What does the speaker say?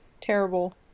terrible